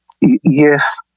Yes